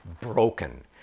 broken